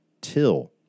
till